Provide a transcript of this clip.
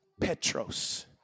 Petros